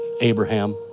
Abraham